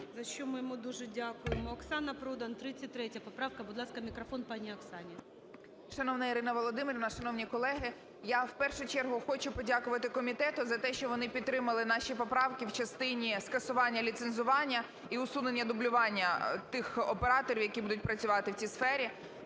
за що ми йому дуже дякуємо. Оксана Продан, 33 поправка. Будь ласка, мікрофон пані Оксані. 11:20:50 ПРОДАН О.П. Шановна Ірина Володимирівна, шановні колеги! Я в першу чергу хочу подякувати комітету за те, що вони підтримали наші поправки в частині скасування ліцензування і усунення дублювання тих операторів, які будуть працювати в цій сфері.